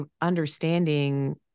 understanding